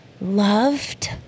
loved